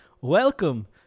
welcome